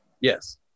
Yes